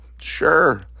Sure